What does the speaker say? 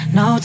no